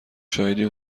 شاهدی